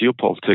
geopolitics